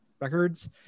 Records